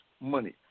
money